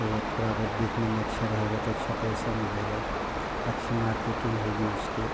और थोड़ा अगर दिखने में अच्छा रहेगा तो अच्छा पैसा मिलेगा अच्छी मार्केटिंग होगी उसके